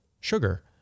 sugar